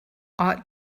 ought